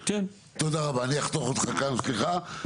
תודה רבה, אני אחתוך אותך כאן, סליחה.